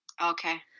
Okay